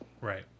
Right